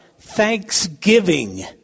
Thanksgiving